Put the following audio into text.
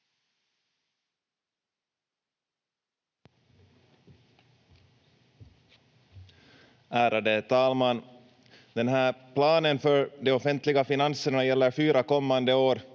Ärade talman! Den här planen för de offentliga finanserna gäller fyra kommande år